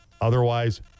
Otherwise